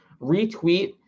retweet